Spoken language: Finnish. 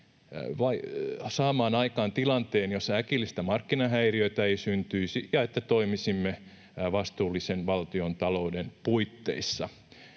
saamaan aikaan tilanteen, jossa äkillistä markkinahäiriötä ei syntyisi ja että toimisimme vastuullisen valtiontalouden puitteissa.